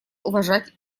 уважать